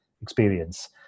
experience